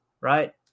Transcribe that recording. right